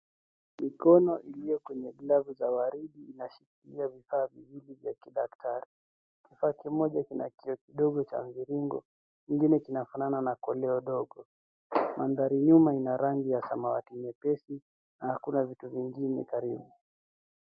Mikono iliyo kwenye glavu za waridi inashikilia vifaa viwili vya kidaktari. Kifaa kimoja kina kioo kidogo cha mviringo, ingine kinafanana na koleo dogo. Mandhari nyuma ina rangi ya samawati nyepesi na hakuna vitu vingine karibu.